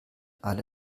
alle